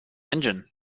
engine